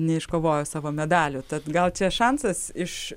neiškovojo savo medalių tad gal čia šansas iš